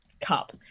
cup